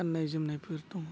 गाननाय जोमनायफोर दं